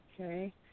Okay